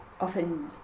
often